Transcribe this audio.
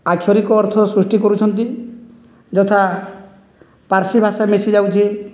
ଆକ୍ଷରିକ ଅର୍ଥ ସୃଷ୍ଟି କରୁଛନ୍ତି ଯଥା ପାର୍ସୀ ଭାଷା ମିଶିଯାଉଛି